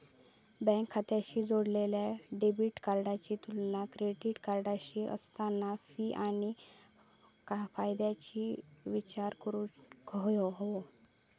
bank खात्याशी जोडलेल्या debit कार्डाची तुलना क्रेडिट कार्डाशी करताना फी आणि फायद्याचो विचार करूक हवो